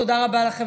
תודה רבה לכם,